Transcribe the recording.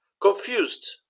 confused